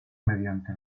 mediante